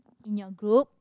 in your group